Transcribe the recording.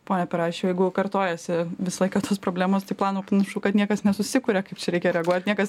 pone pareščiau jeigu kartojasi visą laiką tos problemas tai plano panašu kad niekas nesusikuria kaip čia reikia reaguot niekas